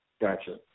Gotcha